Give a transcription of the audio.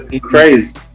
Crazy